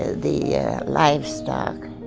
the livestock,